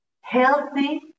healthy